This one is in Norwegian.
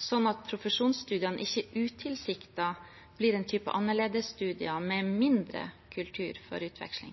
slik at profesjonsstudiene ikke utilsiktet blir en type annerledesstudier – med mindre kultur for utveksling?